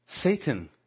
Satan